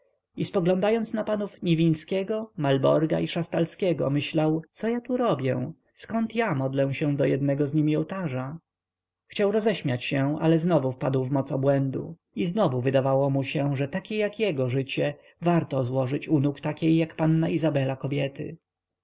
i spoglądając na panów niwińskiego malborga i szastalskiego myślał co ja tu robię zkąd ja modlę się do jednego z nimi ołtarza chciał roześmiać się ale znowu wpadał w moc obłędu i znowu wydawało mu się że takie jak jego życie warto złożyć u nóg takiej jak panna izabela kobiety